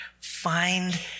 find